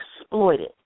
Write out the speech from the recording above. exploited